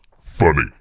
funny